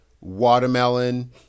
watermelon